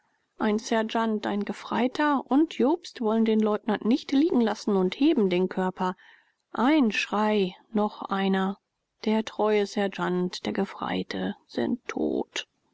ein sergeant ein gefreiter und jobst wollen den leutnant nicht liegen lassen und heben den körper ein schrei noch einer der treue sergeant der gefreite sind tot